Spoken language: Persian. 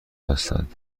هستند